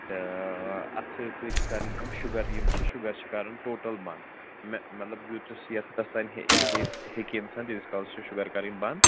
تہٕ اَتھ سۭتۍ سۭتۍ چھِ کَرٕنۍ کٲم شُگر یِم چھِ شُگر چھِ کَرُن ٹوٹل بنٛد مےٚ مطلب یوٗتَس یتھ حدس تانۍ ہیٚکہِ اِنسان تیٖتِس کالَس چھُ شُگر کَرٕنۍ بنٛد